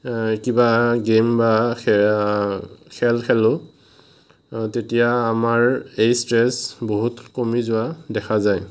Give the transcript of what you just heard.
কিবা গেম বা খেল খেলোঁ তেতিয়া আমাৰ এই ষ্ট্ৰেছ বহুত কমি যোৱা দেখা যায়